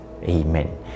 Amen